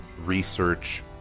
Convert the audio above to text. research